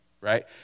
right